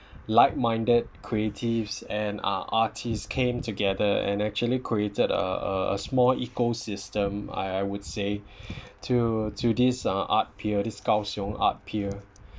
like-minded creatives and uh artists came together and actually created a a small ecosystem I would say to to this uh art pier this kaohsiung art pier